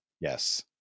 yes